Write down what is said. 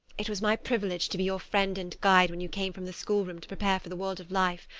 it was my privilege to be your friend and guide when you came from the schoolroom to prepare for the world of life.